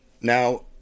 now